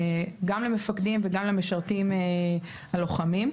גם למפקדים וגם למשרתים הלוחמים,